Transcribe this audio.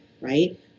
right